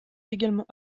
également